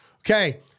Okay